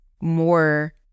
more